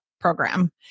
program